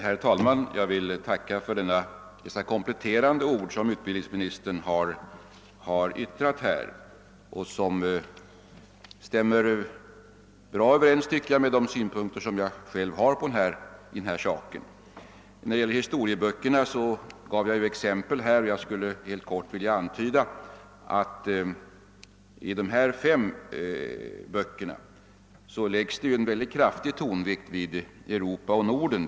Herr talman! Jag vill tacka för utbildningsministerns kompletterande ord, vilka stämmer bra överens med de synpunkter som jag själv har på denna sak. När det gäller historieböckerna gav jag här några exempel, och jag skul!le helt kort vilja antyda att det i de nämnda fem böckerna läggs en kraftig tonvikt vid Europa och Norden.